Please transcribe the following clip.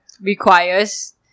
requires